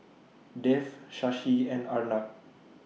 Dev Shashi and Arnab